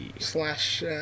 Slash